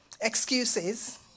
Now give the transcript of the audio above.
excuses